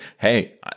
Hey